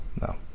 no